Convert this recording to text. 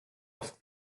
oft